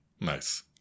nice